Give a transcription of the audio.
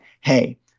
hey